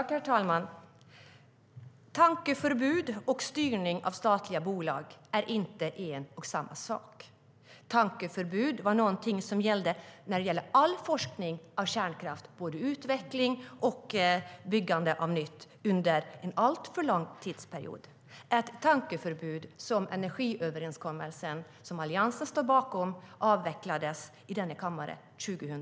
Herr talman! Tankeförbud och styrning av statliga bolag är inte en och samma sak. Tankeförbud var någonting som gällde all forskning om kärnkraft, både för utveckling och för byggande av nytt, under en alltför lång tidsperiod. Detta tankeförbud avvecklades i denna kammare 2010 genom Alliansens energiöverenskommelse.